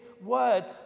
word